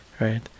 right